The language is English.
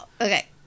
Okay